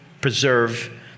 preserve